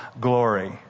glory